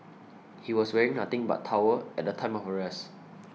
he was wearing nothing but towel at the time of arrest